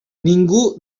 ningú